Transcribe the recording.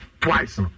twice